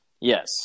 Yes